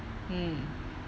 mm